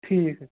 ٹھیٖک